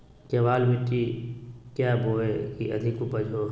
केबाल मिट्टी क्या बोए की अधिक उपज हो?